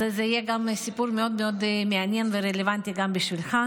אז זה יהיה גם סיפור מאוד מאוד מעניין ורלוונטי גם בשבילך.